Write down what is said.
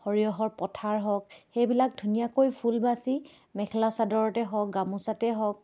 সৰিয়হৰ পথাৰ হওক সেইবিলাক ধুনীয়াকৈ ফুল বাচি মেখেলা চাদৰতে হওক গামোচাতে হওক